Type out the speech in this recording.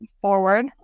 forward